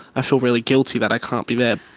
ah feel really guilty that i can't be there.